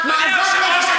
ימרוד בכיבוש,